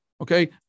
Okay